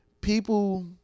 people